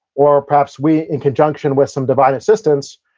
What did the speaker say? or perhaps we in conjunction with some divine assistance,